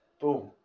Boom